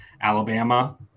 Alabama